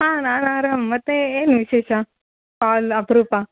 ಹಾಂ ನಾನು ಆರಾಮ ಮತ್ತು ಏನು ವಿಶೇಷ ಕಾಲ್ ಅಪರೂಪ